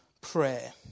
prayer